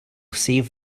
save